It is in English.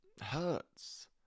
hurts